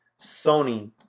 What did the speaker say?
sony